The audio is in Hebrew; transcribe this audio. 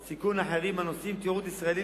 אזורי סיכון אחרים הנושאים תיעוד ישראלי